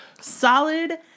solid